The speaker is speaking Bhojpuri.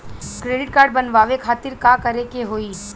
क्रेडिट कार्ड बनवावे खातिर का करे के होई?